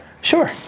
Sure